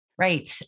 Right